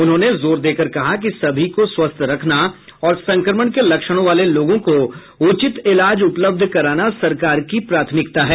उन्होंने जोर देकर कहा कि सभी को स्वस्थ रखना और संक्रमण के लक्षणों वाले लोगों को उचित इलाज उपलब्ध कराना सरकार की प्राथमिकता है